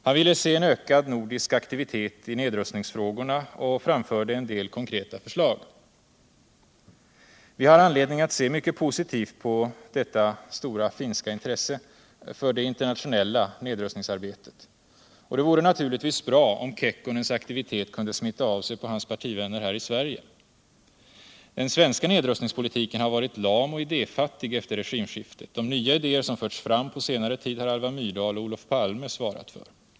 Han ville se en ökad nordisk aktivitet i nedrustningsfrågorna och framförde en del konkreta förslag. Vi har anledning att se mycket positivt på detta stora finska intresse för det internationella nedrustningsarbetet, och det vore naturligtvis bra om Kekkonens aktivitet kunde smitta av sig på hans partivänner här i Sverige. Den svenska nedrustningspolitiken har varit lam och idéfattig efter regimskiftet. De nya idéer som förts fram på senare tid har Alva Myrdal och Olof Palme svarat för.